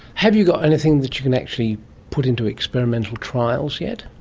have you got anything that you can actually put into experimental trials yet?